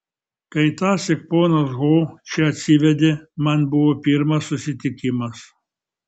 kai tąsyk ponas ho čia atsivedė man buvo pirmas susitikimas